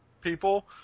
people